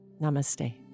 Namaste